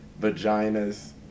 vaginas